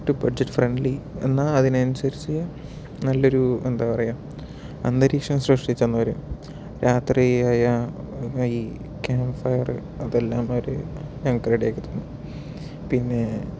correct budget friendly എന്നാൽ അതിനു അനുസരിച്ചു നല്ലൊരു എന്താ പറയുക അന്തരീക്ഷം സൃഷ്ട്ടിച്ചു തന്നു അവര് രാത്രി ആയാൽ ഈ ക്യാമ്പ് ഫയറ് അതെല്ലാം അവര് ഞങ്ങൾക്ക് റെഡി ആക്കി തന്നു പിന്നെ